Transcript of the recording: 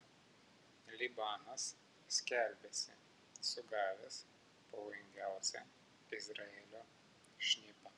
libanas skelbiasi sugavęs pavojingiausią izraelio šnipą